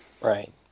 Right